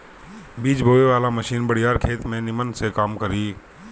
बीज बोवे वाला मशीन बड़ियार खेत में निमन से काम करी